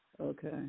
Okay